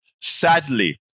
Sadly